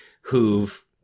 who've